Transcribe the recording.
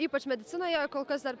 ypač medicinoje kol kas dar